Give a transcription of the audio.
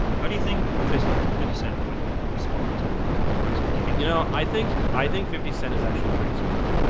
how do you think this city sent wouldn't respond to the coronavirus? do you think you know, i think i think fifty cent is actually pretty smart.